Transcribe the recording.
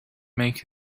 make